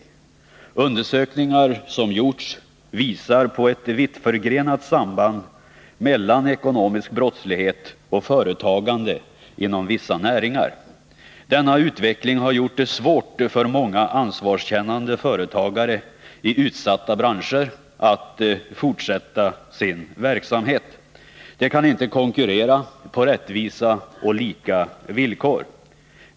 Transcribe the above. Nr 147 Undersökningar som gjorts visar på ett vittförgrenat samband mellan Torsdagen den ekonomisk brottslighet och företagande inom vissa näringsgrenar. Denna 21 maj 1981 utveckling har gjort det svårt för många ansvarskännande företagare i utsatta branscher att fortsätta sin verksamhet. De kan inte konkurrera på rättvisa och lika villkor.